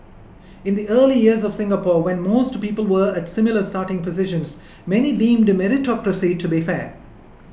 in the early years of Singapore when most people were at similar starting positions many deemed meritocracy to be fair